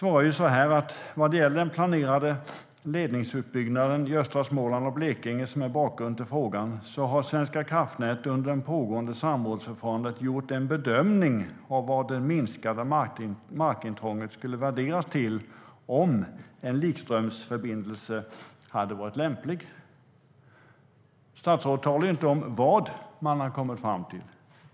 Han svarar: "Vad gäller den planerade ledningsutbyggnad i östra Småland och Blekinge som är bakgrunden till frågan har Svenska kraftnät under det pågående samrådsförfarandet gjort en bedömning av vad det minskade markintrånget skulle värderas till om en likströmsförbindelse hade varit lämplig. "Statsrådet talar inte om vad man har kommit fram till.